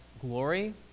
glory